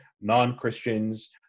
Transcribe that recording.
non-Christians